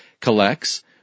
collects